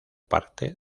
parte